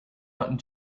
not